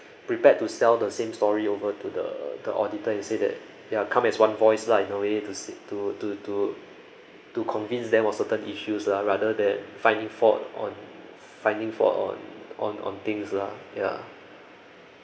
prepared to sell the same story over to the the auditor and say that ya come as one voice lah in a way to see~ to to to to convince them on certain issues lah rather than finding fault on finding fault on on on things lah ya